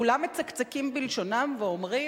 כולם מצקצקים בלשונם ואומרים: